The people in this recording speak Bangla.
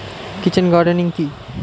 কিচেন গার্ডেনিং কি?